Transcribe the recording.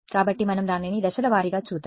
కాబట్టి మనం దానిని దశల వారీగా చూద్దాం